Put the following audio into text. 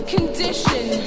Condition